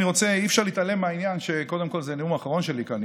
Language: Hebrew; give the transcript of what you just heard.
אי-אפשר להתעלם מהעניין שקודם כול זה הנאום האחרון שלי כאן,